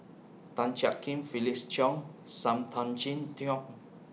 Tan Jiak Kim Felix Cheong SAM Tan Chin